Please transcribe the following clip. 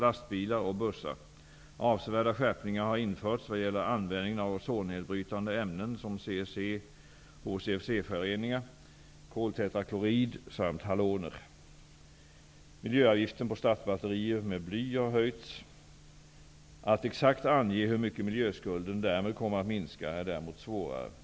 * Avsevärda skärpningar har införts i vad gäller användningen av ozonnedbrytande ämnen som Att exakt ange hur mycket miljöskulden därmed kommer att minska är däremot svårare.